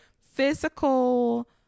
physical